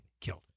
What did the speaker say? killed